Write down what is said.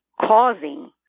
causing